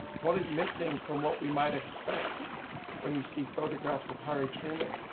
what is missing from what we might expect when you see photographs of harry truman